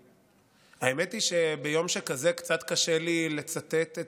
האמת היא שביום שכזה קצת קשה לי לצטט,